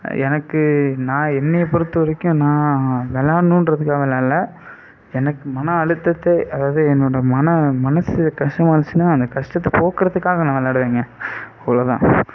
எனக்கு நான் என்னை பொருத்த வரைக்கும் நான் வெளாடணுன்றதுக்காக விளாட்ல எனக்கு மனஅழுத்தத்தை அதாவது என்னோட மனது மனது கஷ்டமாக இருந்துச்சுனா அந்த கஷ்டத்தை போக்குகிறதுக்காக நான் விளாடுவேங்க அவ்வளோதான்